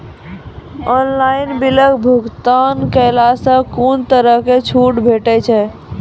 Online बिलक भुगतान केलासॅ कुनू तरहक छूट भेटै छै?